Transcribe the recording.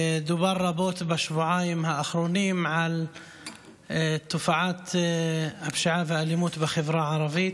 דובר רבות בשבועיים האחרונים על תופעת הפשיעה והאלימות בחברה הערבית.